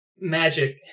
magic